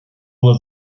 nur